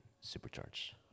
supercharged